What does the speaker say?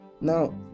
now